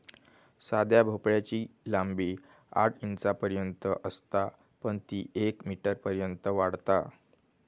साध्या भोपळ्याची लांबी आठ इंचांपर्यंत असता पण ती येक मीटरपर्यंत वाढता